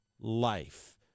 life